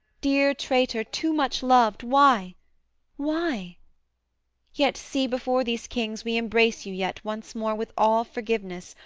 dear traitor, too much loved, why why yet see, before these kings we embrace you yet once more with all forgiveness,